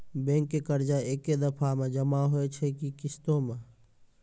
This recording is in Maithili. बैंक के कर्जा ऐकै दफ़ा मे जमा होय छै कि किस्तो मे?